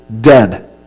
Dead